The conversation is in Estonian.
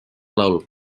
laul